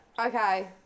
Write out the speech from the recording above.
Okay